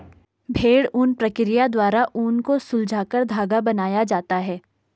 भेड़ ऊन प्रक्रिया द्वारा ऊन को सुलझाकर धागा बनाया जाता है